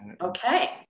Okay